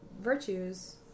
virtues